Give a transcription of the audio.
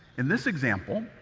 in this example,